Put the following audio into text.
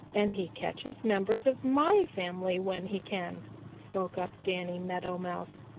and he catches members of my family when he can, spoke up danny meadow mouse.